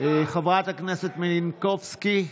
אדוני היושב-ראש,